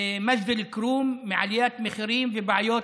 ממג'ד אל-כרום, מעליית מחירים ובעיות,